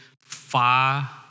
far